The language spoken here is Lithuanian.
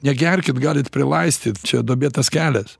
negerkit galit prilaistyt čia duobėtas kelias